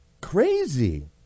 Crazy